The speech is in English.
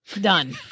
Done